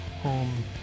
home